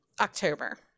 October